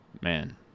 Man